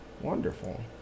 Wonderful